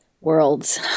worlds